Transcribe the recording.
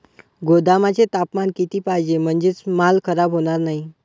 गोदामाचे तापमान किती पाहिजे? म्हणजे माल खराब होणार नाही?